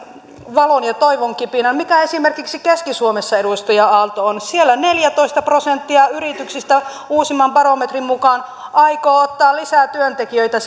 valon ja ja toivon kipinän mikä esimerkiksi keski suomessa edustaja aalto on siellä neljätoista prosenttia yrityksistä uusimman barometrin mukaan aikoo ottaa lisää työntekijöitä